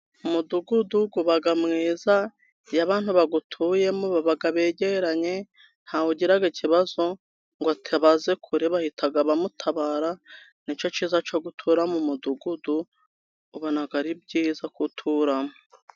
Umudugudu uba mwiza, iyo abantu bawutuyemo baba begeranye, ntawugiraga ikibazo ngo atabaze kure bahita abamutabara, nicyo kiza cyo gutura mu mudugudu ubona ari byiza kuwuturamo.